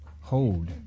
Hold